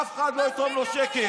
אף אחד לא יתרום לו שקל.